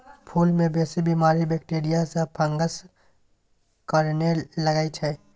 फुल मे बेसी बीमारी बैक्टीरिया या फंगसक कारणेँ लगै छै